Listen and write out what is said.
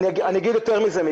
אני אומר יותר מזה.